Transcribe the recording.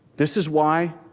this is why